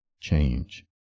change